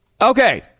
Okay